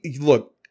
look